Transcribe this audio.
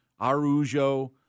Arujo